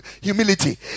humility